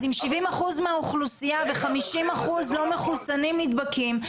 אז אם 70% מהאוכלוסייה ו-50% לא מחוסנים נדבקים.